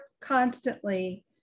constantly